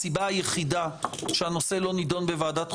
הסיבה היחידה שהנושא לא נדון בוועדת חוקה,